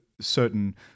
certain